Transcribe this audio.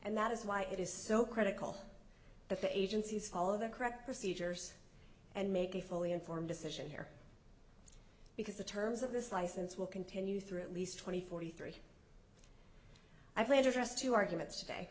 and that is why it is so critical that the agencies follow the correct procedures and make a fully informed decision here because the terms of this license will continue through at least twenty forty three i've laid to rest two arguments today